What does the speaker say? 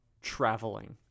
traveling